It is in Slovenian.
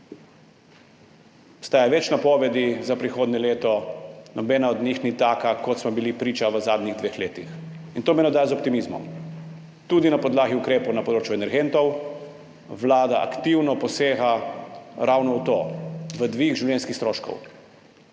Obstaja več napovedi za prihodnje leto, nobena od njih ni taka, kot smo ji bili priča v zadnjih dveh letih in to me navdaja z optimizmom. Tudi na podlagi ukrepov na področju energentov Vlada aktivno posega ravno v to, v dvig življenjskih stroškov,